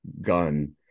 gun